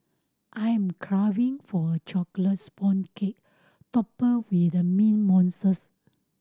I am craving for a chocolate sponge cake topped with mint mousses